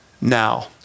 now